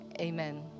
Amen